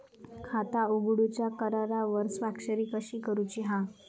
खाता उघडूच्या करारावर स्वाक्षरी कशी करूची हा?